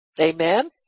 Amen